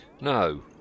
No